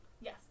Yes